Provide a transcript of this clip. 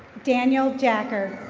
daniel jacker.